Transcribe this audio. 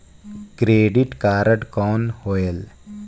Credit card कौन होएल?